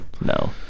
No